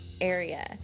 area